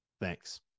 thanks